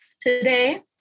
today